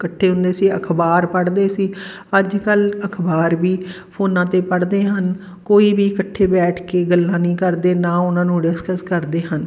ਇਕੱਠੇ ਹੁੰਦੇ ਸੀ ਅਖ਼ਬਾਰ ਪੜ੍ਹਦੇ ਸੀ ਅੱਜ ਕੱਲ੍ਹ ਅਖ਼ਬਾਰ ਵੀ ਫੋਨਾਂ 'ਤੇ ਪੜ੍ਹਦੇ ਹਨ ਕੋਈ ਵੀ ਇਕੱਠੇ ਬੈਠ ਕੇ ਗੱਲਾਂ ਨਹੀਂ ਕਰਦੇ ਨਾ ਉਹਨਾਂ ਨੂੰ ਡਿਸਕਸ ਕਰਦੇ ਹਨ